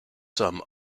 some